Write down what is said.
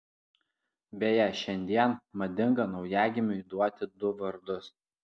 beje šiandien madinga naujagimiui duoti du vardus